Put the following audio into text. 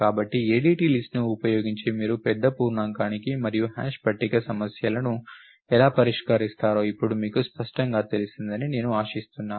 కాబట్టి ADT list ను ఉపయోగించి మీరు పెద్ద పూర్ణాంకానికి మరియు హాష్ పట్టిక సమస్యలను ఎలా పరిష్కరిస్తారో ఇప్పుడు మీకు స్పష్టంగా తెలిసిందని నేను ఆశిస్తున్నాను